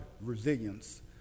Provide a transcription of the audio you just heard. resilience